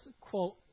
quote